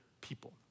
people